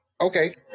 okay